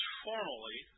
formally